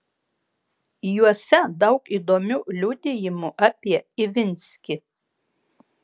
juose daug įdomių liudijimų apie ivinskį